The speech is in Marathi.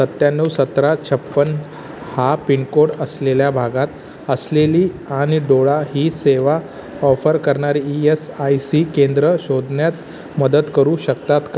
सत्त्याण्णव सतरा छप्पन हा पिनकोड असलेल्या भागात असलेली आणि डोळा ही सेवा ऑफर करणारी ई एस आय सी केंद्र शोधण्यात मदत करू शकतात का